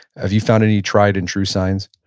have you found any tried and true signs?